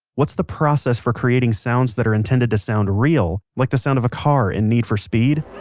what's the process for creating sounds that are intended to sound real, like the sound of a car in need for speed